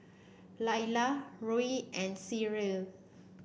Layla Roe and Cyril